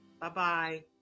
Bye-bye